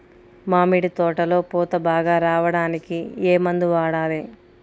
మామిడి తోటలో పూత బాగా రావడానికి ఏ మందు వాడాలి?